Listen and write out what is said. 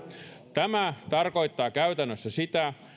tämä tarkoittaa käytännössä sitä